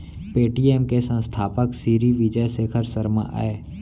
Paytm के संस्थापक सिरी विजय शेखर शर्मा अय